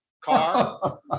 car